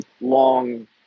long